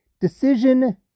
decision